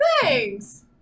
thanks